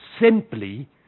simply